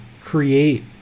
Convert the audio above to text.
create